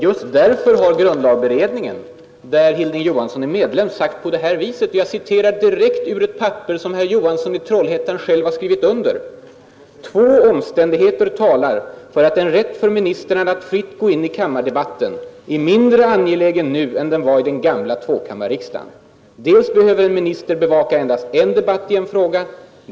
Just därför har grundlagberedningen, där herr Hilding Johansson också är ledamot, skrivit på följande sätt. Jag citerar direkt från det papper som herr Johansson i Trollhättan själv har skrivit under: ”Två omständigheter talar för att en rätt för ministrarna att fritt gå in i kammardebatten är mindre angelägen nu än den var i den gamla tvåkammarriksdagen. Dels behöver en minister bevaka endast en debatt i en fråga.